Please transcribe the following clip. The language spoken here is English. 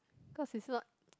cause is not